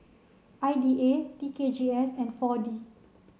I D A T K G S and four D